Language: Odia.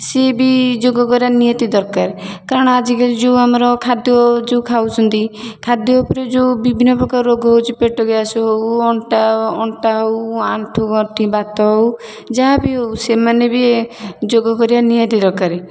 ସିଏ ବି ଯୋଗ କରିବା ନିହାତି ଦରକାର କାରଣ ଆଜିକାଲି ଯେଉଁ ଆମର ଖାଦ୍ୟ ଯେଉଁ ଖାଉଛନ୍ତି ଖାଦ୍ୟ ଉପରେ ଯେଉଁ ବିଭିନ୍ନ ପ୍ରକାର ରୋଗ ହେଉଛି ପେଟ ଗ୍ୟାସ ହେଉ ଆଣ୍ଠୁ ଅଣ୍ଟା ଅଣ୍ଟା ହେଉ ଆଣ୍ଠୁ ଗଣ୍ଠି ବାତ ହେଉ ଯାହା ଭି ହେଉ ସେମାନେ ବି ଯୋଗ କରିବା ନିହାତି ଦରକାର